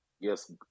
yes